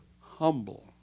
humble